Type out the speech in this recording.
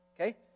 Okay